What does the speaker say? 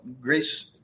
Grace